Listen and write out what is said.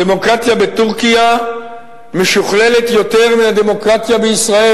הדמוקרטיה בטורקיה משוכללת יותר מהדמוקרטיה בישראל.